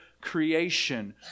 creation